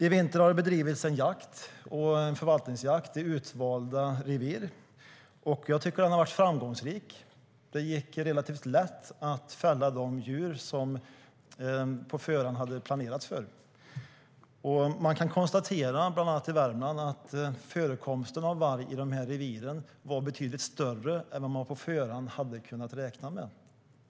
I vinter har det bedrivits förvaltningsjakt i utvalda revir, och den har varit framgångsrik. Det gick relativt lätt att fälla de djur man på förhand hade planerat för. Bland annat har man i Värmland konstaterat att förekomsten av varg i reviren var betydligt större än man på förhand hade räknat med.